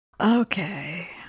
Okay